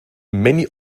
many